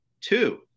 Two